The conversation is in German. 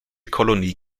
kolonie